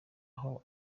aho